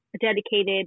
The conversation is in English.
dedicated